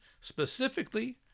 specifically